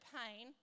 pain